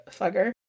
fucker